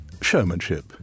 showmanship